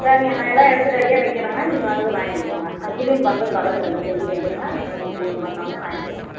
சரிங்க நான் எல்லா எடுத்து ரெடியாக வைக்கிறேங்க நீங்கள் வந்து வாங்கிட்டு போங்க நான் க்ளீன் பண்ணுறது பக்கத்து கடையில் சொல்லி வைக்கிறேங்க நீங்கள் வந்து க்ளீன் பண்ணோடனே வாங்கிட்டு போங்க